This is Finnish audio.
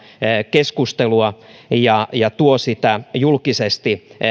keskustelua ja ja tuo sitä julkisesti